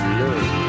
love